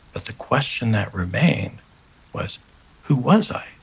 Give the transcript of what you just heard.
but the question that remained was who was i?